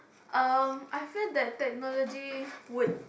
um I feel that technology would